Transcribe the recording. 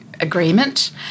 agreement